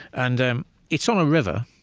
and and it's on a river,